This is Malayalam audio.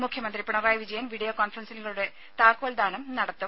മുഖ്യമന്ത്രി പിണറായി വിജയൻ വീഡിയോ കോൺഫറൻസിലൂടെ താക്കോൽദാനം നടത്തും